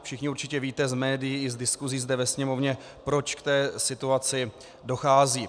Všichni určitě víte z médií, z diskusí zde ve Sněmovně, proč k té situaci dochází.